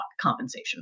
compensation